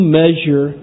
measure